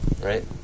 right